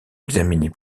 examiner